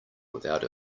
without